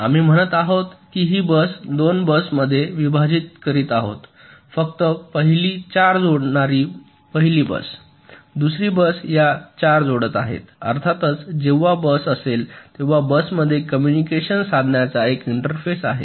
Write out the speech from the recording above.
आम्ही म्हणत आहोत की ही बस आम्ही 2 बसमध्ये विभाजित करत आहोत फक्त पहिली 4 जोडणारी पहिली बस दुसरी बस या 4 जोडत आहे अर्थात जेव्हा आवश्यक असेल तेव्हा बसमध्ये कॉम्म्युनिकेशन साधण्याचा एक इंटरफेस आहे